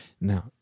Now